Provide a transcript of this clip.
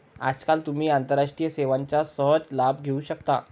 आजकाल तुम्ही आंतरराष्ट्रीय सेवांचा सहज लाभ घेऊ शकता